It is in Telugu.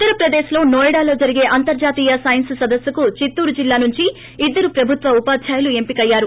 ఉత్తరప్రదేశ్లో నోయిడాలో జరిగే అంతర్హాతీయ సైన్స్ సదస్సుకు చిత్తూరు జిల్లా నుంచి ఇద్దరు ప్రభుత్వ ఉపాధ్యాయులు పంపికయ్యారు